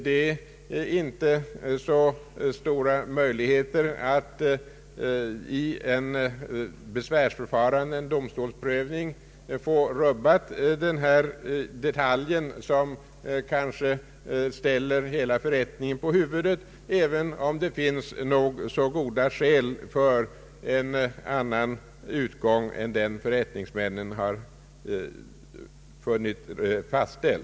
Det finns inte så stora möjligheter att vid ett besvärsförfarande, en domstolsprövning, få en detalj rubbad som kanske ställer hela förrättningen på huvudet, även om det finns nog så goda skäl för en annan utgång än den förrättningsmännen kommit till.